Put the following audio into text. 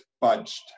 budged